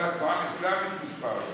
אבל התנועה האסלאמית מספר אחת,